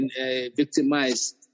victimized